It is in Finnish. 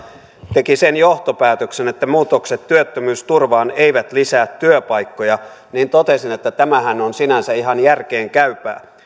teki sen johtopäätöksen että muutokset työttömyysturvaan eivät lisää työpaikkoja niin totesin että tämähän on sinänsä ihan järkeenkäypää